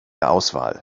auswahl